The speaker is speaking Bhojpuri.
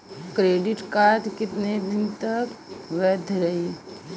क्रेडिट कार्ड कितना दिन तक वैध रही?